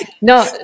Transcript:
No